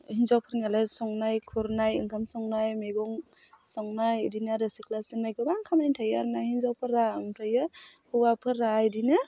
हिन्जावफोरनियालाय संनाय खुरनाय ओंखाम संनाय मैगं संनाय बिदिनो आरो सिथ्ला सिबनाय गोबां खामानि थायो आरो ना हिन्जावफोरा ओमफ्राय हौवाफोरा बिदिनो